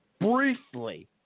briefly